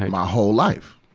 my whole life.